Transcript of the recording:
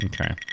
Okay